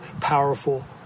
powerful